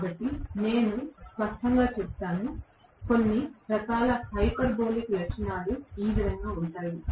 కాబట్టి స్పష్టంగా నేను చేస్తాను కలిగి కొన్ని రకాల హైపర్బోలిక్ లక్షణాలు ఈ విధంగా ఉంటాయి